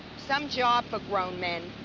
some job for grown men.